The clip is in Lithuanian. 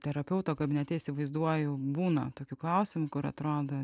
terapeuto kabinete įsivaizduoju būna tokių klausimų kur atrodo